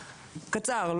קצר,